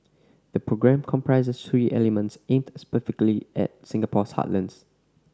the programme comprises three elements aimed specifically at Singapore's heartlands